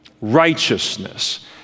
righteousness